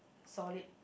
solid